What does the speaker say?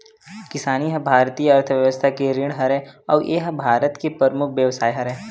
किसानी ह भारतीय अर्थबेवस्था के रीढ़ हरय अउ ए ह भारत के परमुख बेवसाय हरय